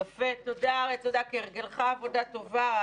תודה, אריה, כהרגלך עשית עבודה טובה.